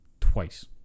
twice